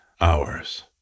hours